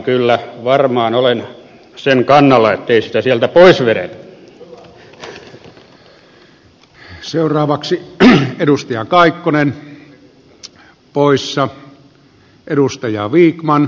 kyllä varmaan olen sen kannalla ettei sitä sieltä pois vedetä